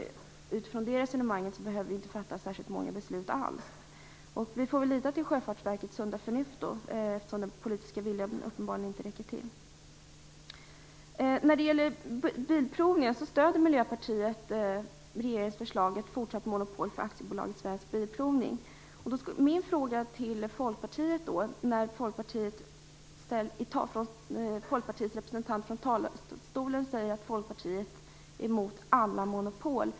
Utifrån det resonemanget behöver vi inte fatta särskilt många beslut alls. Vi får lita till Sjöfartsverkets sunda förnuft, eftersom den politiska viljan uppenbarligen inte räcker till. När det gäller bilprovningen stöder Miljöpartiet regeringens förslag om ett fortsatt monopol för AB Svensk Bilprovning. Folkpartiets representant sade från talarstolen att Folkpartiet är emot alla monopol.